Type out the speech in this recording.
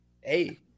Hey